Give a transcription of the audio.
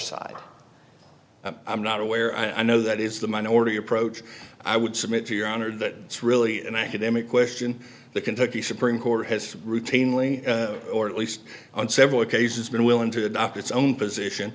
side i'm not aware i know that is the minority approach i would submit to your honor that it's really an academic question the kentucky supreme court has routinely or at least on several occasions been willing to adopt its own position